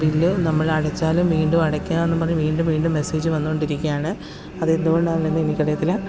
bill നമ്മളടച്ചാലും വീണ്ടും അടയ്ക്കുകയെന്ന് പറഞ്ഞ് വീണ്ടും വീണ്ടും മെസേജ് വന്നുകൊണ്ടിരിക്കുകയാണ് അത് എന്തുകൊണ്ടാണെന്ന് എനിക്കറിയത്തില്ല